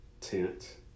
tent